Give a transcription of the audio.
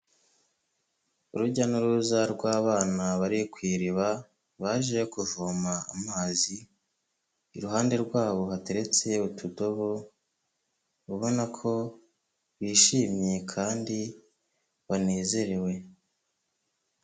Urujya n'uruza rw'abana bari ku iriba baje kuvoma amazi, iruhande rwabo hateretse utudobo ubona ko bishimye kandi banezerewe.